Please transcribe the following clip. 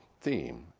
theme